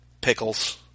Pickles